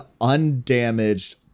undamaged